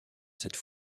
cette